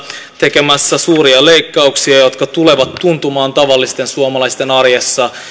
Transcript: tekemässä suuria leikkauksia jotka tulevat tuntumaan tavallisten suomalaisten arjessa